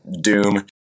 doom